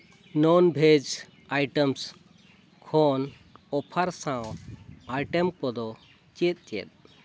ᱱᱚᱱ ᱵᱷᱮᱡᱽ ᱟᱭᱴᱮᱢᱥ ᱠᱷᱚᱱ ᱚᱯᱷᱟᱨ ᱥᱟᱶ ᱟᱭᱴᱮᱢ ᱠᱚᱫᱚ ᱪᱮᱫ ᱪᱮᱫ